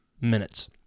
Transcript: minutes